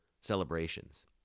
celebrations